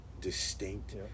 distinct